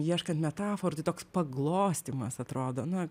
ieškant metaforų tai toks paglostymas atrodo nu